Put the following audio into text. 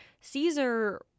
Caesar